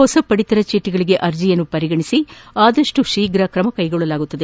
ಹೊಸ ಪಡಿತರ ಚೀಟಗೆ ಅರ್ಜಿಗಳನ್ನು ಪರಿತೀಲಿಸಿ ಆದಷ್ಟು ಶೀಘ್ರ ತ್ರಮಕೈಗೊಳ್ಳಲಾಗುವುದು